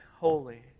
holy